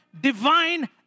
divine